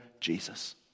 Jesus